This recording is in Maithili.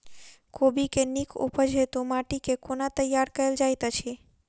कोबी केँ नीक उपज हेतु माटि केँ कोना तैयार कएल जाइत अछि?